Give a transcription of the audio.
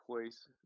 place